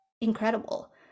incredible